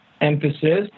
emphasis